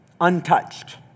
untouched